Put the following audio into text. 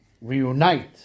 reunite